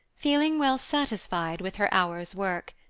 feeling well satisfied with her hour's work.